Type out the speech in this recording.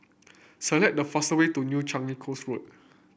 select the fastest way to New Changi Coast Road